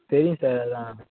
தெரியும் சார் எல்லாம்